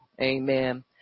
Amen